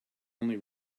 only